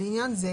לעניין זה